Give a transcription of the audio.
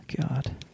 god